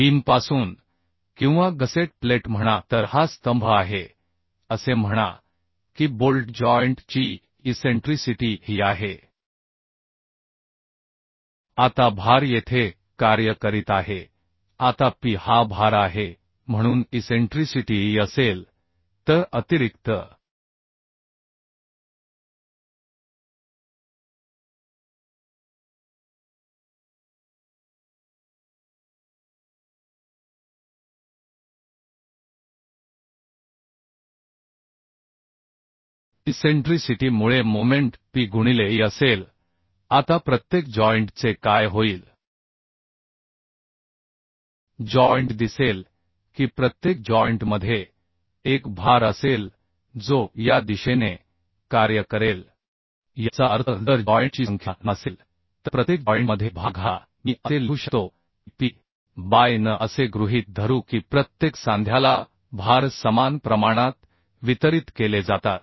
बीमपासून किंवा gusset plate म्हणा तर हा स्तंभ आहे असे म्हणा की बोल्ट जॉइंट ची इसेंट्रीसिटी ही आहे आता भार येथे कार्य करीत आहे आता P हा भार आहे म्हणून इसेंट्रिसिटी e असेल तर अतिरिक्त इसेंट्रीसिटी मुळे मोमेंट P गुणिले e असेल आता प्रत्येक जॉइंट चे काय होईल जॉइंट दिसेल की प्रत्येक जॉइंट मध्ये एक भार असेल जो या दिशेने कार्य करेल याचा अर्थ जर जॉइंट ची संख्या n असेल तर प्रत्येक जॉइंट मध्ये भार घाला मी असे लिहू शकतो की Pबाय N असे गृहीत धरू की प्रत्येक सांध्याला भार समान प्रमाणात वितरित केले जातात